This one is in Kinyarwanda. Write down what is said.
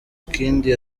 kindi